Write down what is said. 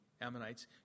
Ammonites